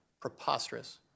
Preposterous